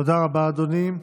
תודה רבה, אדוני.